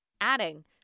adding